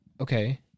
okay